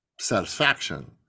satisfaction